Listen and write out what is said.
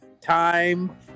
time